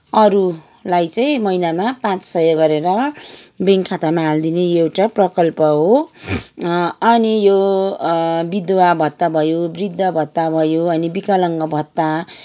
अरूलाई चाहिँ महिनामा पाँच सय गरेर ब्याङ्क खातामा हालिदिने यो एउटा प्रकल्प हो अनि यो विधवा भत्ता भयो वृद्ध भत्ता भयो अनि विकालाङ्ग भत्ता